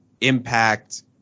impact